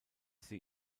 sie